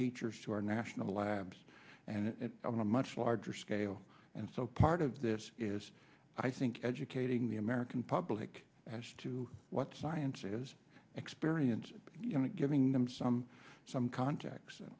teachers to our national labs and at a much larger scale and so part of this is i think educating the american public as to what science is experience you know giving them some some contacts and